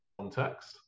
context